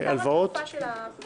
זה בעיקר התקופה של הפריסה.